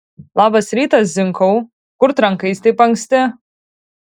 labas rytas zinkau kur trankais taip anksti